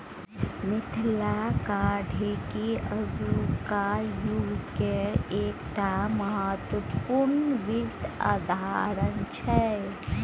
मिथिलाक ढेकी आजुक युगकेर एकटा महत्वपूर्ण वित्त अवधारणा छै